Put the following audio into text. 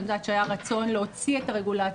אני יודעת שהיה רצון להוציא את הרגולציה